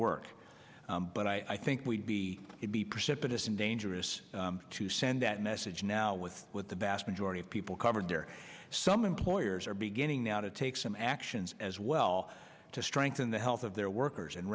work but i think we'd be would be precipitous and dangerous to send that message now with with the vast majority of people covered there some employers are beginning now to take some actions as well to strengthen the health of their workers and